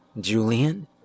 Julian